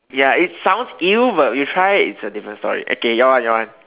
ya it sounds !eww! but you try it it's a different story okay your one your one